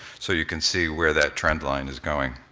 so you can see where that trendline is going.